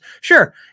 Sure